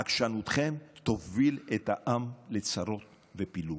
עקשנותכם תוביל את העם לצרות ופילוג.